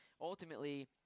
ultimately